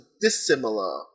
dissimilar